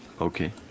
Okay